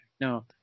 No